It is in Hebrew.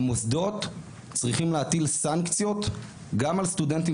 המוסדות צריכים להטיל סנקציות גם על סטודנטים